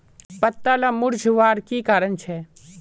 पत्ताला मुरझ्वार की कारण छे?